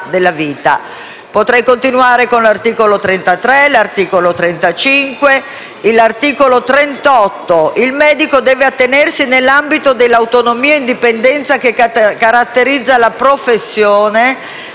Potrei continuare con gli articoli 33 e 35, ma cito in particolare l'articolo 38: «Il medico deve attenersi, nell'ambito della autonomia e indipendenza che caratterizza la professione,